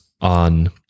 on